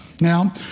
Now